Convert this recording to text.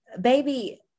Baby